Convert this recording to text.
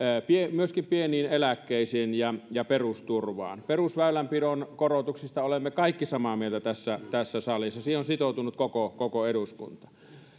myöskin pieniin eläkkeisiin ja ja perusturvaan perusväylänpidon korotuksista olemme kaikki samaa mieltä tässä tässä salissa siihen on sitoutunut koko koko eduskunta